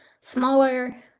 smaller